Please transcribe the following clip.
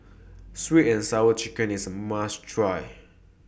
Sweet and Sour Chicken IS A must Try